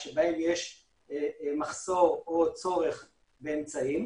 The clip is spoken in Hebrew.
שבהם יש מחסור או צורך באמצעים,